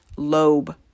Lobe